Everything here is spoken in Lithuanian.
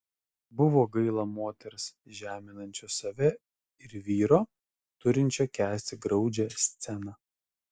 buvo gaila moters žeminančios save ir vyro turinčio kęsti graudžią sceną